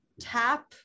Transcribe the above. tap